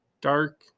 dark